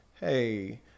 hey